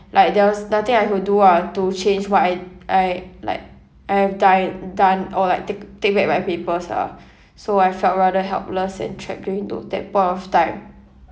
like there was nothing I could do ah to change what I like I have done done or like tak~ take back my papers ah so I felt rather helpless and trapped during tho~ that point of time